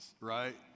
right